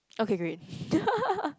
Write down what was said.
okay great